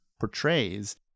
portrays